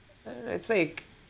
uh it's like